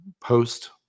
post